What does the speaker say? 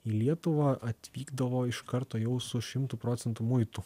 į lietuvą atvykdavo iš karto jau su šimtu procentų muitų